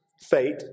fate